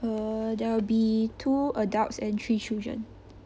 uh there will be two adults and three children